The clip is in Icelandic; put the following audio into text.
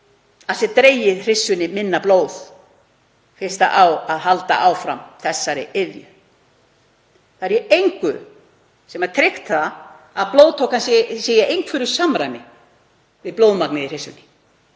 að dregið sé úr hryssunni minna blóð fyrst það á að halda áfram þessari iðju. Það er í engu sem er tryggt að blóðtakan sé í einhverju samræmi við blóðmagnið í hryssunni